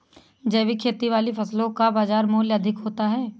जैविक खेती वाली फसलों का बाज़ार मूल्य अधिक होता है